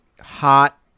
hot